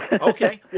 Okay